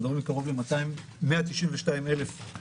אנחנו מדברים על 192,000 מתועדפים